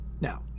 Now